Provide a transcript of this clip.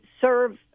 serve